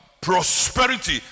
prosperity